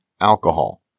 alcohol